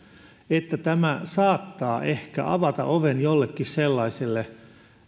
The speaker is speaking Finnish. että tämä saattaa ehkä avata oven jollekin sellaiselle